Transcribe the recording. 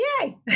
Yay